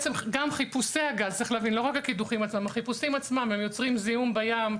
גם חיפושי הגז לא רק הקידוחים יוצרים זיהום בים,